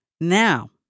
Now